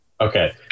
Okay